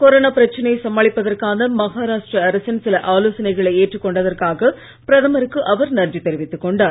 corona பிரச்சனையை சமாளிப்பதற்கான மகாராஷ்ட்ர அரசின் சில ஆலோசனைகளை ஏற்று கொண்டதற்காக பிரதமருக்கு அவர் நன்றி தெரிவித்துக் கொண்டார்